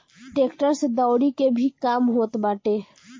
tractor से दवरी के भी काम होत बाटे